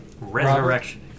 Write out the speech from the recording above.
Resurrection